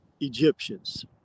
Egyptians